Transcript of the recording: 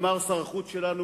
אמר שר החוץ שלנו,